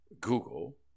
Google